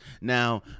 now